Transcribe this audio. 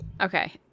Okay